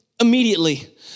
immediately